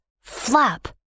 flap